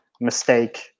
mistake